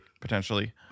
potentially